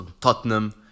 Tottenham